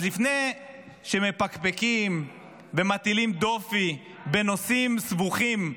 אז לפני שמפקפקים ומטילים דופי בנושאים סבוכים,